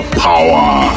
power